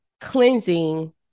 cleansing